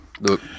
Look